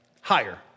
higher